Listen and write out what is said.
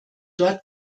dort